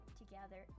together